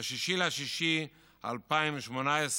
6 ביוני 2018,